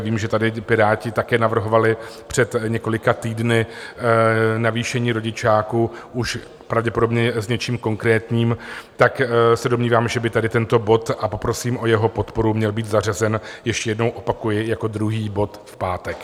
Vím, že tady Piráti také navrhovali před několika týdny navýšení rodičáku už pravděpodobně s něčím konkrétním, tak se domnívám, že by tady tento bod, a poprosím o jeho podporu, měl být zařazen, ještě jednou opakuji, jako druhý bod v pátek.